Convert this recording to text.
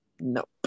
Nope